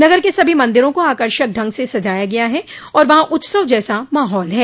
नगर के सभी मन्दिरों को आकर्षक ढंग सजाया गया है और वहां उत्सव जैसा माहौल है